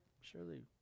Surely